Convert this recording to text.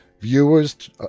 viewers